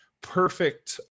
perfect